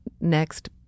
next